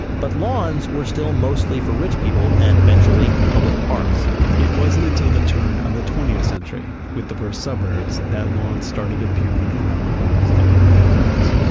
but lawns were still mostly for rich people and eventually public parks it wasn't until the turn of the twentieth century, with the first suburbs, that lawns started appearing around the homes of the middle class.